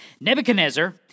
Nebuchadnezzar